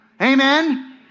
Amen